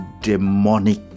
demonic